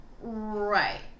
Right